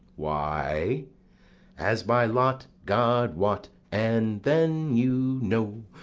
why as by lot, god wot and then, you know,